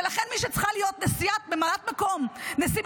ולכן מי שצריכה להיות ממלאת מקום נשיא